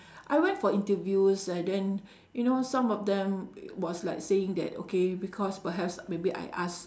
I went for interviews and then you know some of them was like saying that okay because perhaps maybe I ask